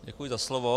Děkuji za slovo.